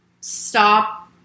stop